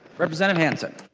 representative hansen